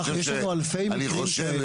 יש לנו אלפי מקרים כאלה.